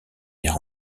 air